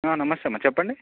నమస్తే అమ్మా చెప్పండి